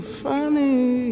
funny